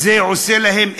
זה עושה להם אקשן,